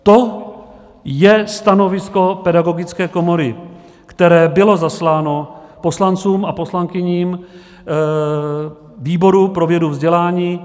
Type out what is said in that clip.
To je stanovisko Pedagogické komory, které bylo zasláno poslancům a poslankyním výboru pro vědu a vzdělání.